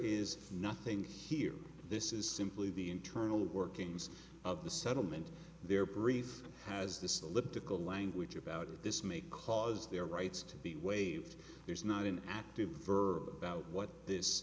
is nothing here this is simply the internal workings of the settlement their brief has this elliptical language about it this may cause their rights to be waived there's not an active verb about what this